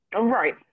Right